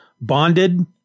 bonded